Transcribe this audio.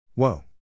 whoa